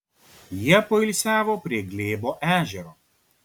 jie poilsiavo prie glėbo ežero